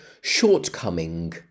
shortcoming